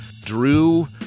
drew